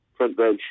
frontbench